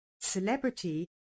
celebrity